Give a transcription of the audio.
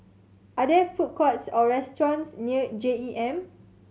are there food courts or restaurants near J E M